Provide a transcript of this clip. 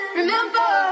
remember